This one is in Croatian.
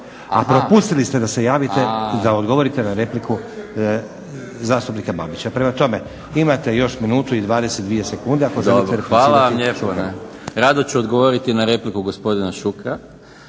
A propustili ste da se javite da odgovorite na repliku zastupnika Babića. Prema tome imate još minutu i 22 sekunde ako želite replicirati zastupniku Šukeru.